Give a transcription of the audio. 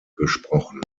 gesprochen